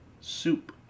soup